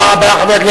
תודה רבה.